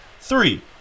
Three